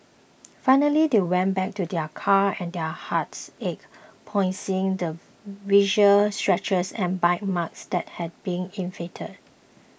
finally they went back to their car and their hearts ached upon seeing the visible scratches and bite marks that had been inflicted